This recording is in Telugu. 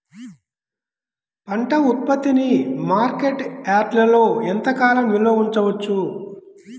పంట ఉత్పత్తిని మార్కెట్ యార్డ్లలో ఎంతకాలం నిల్వ ఉంచవచ్చు?